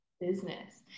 business